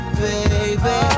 baby